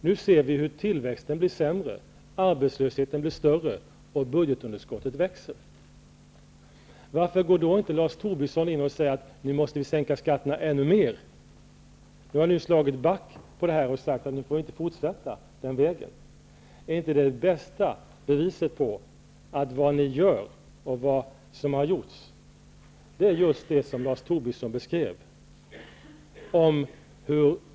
Nu kan vi se att tillväxten blir sämre, arbetslösheten blir större och budgetunderskottet växer. Varför går då inte Lars Tobisson in och säger att vi måste sänka skatterna ännu mer? Ni har slagit back och säger att man inte kan fortsätta på den vägen. Är inte detta det bästa beviset på att vad ni gör och vad som har gjorts är just det som Lars Tobisson beskrev?